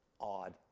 odd